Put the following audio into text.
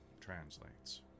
translates